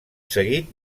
seguit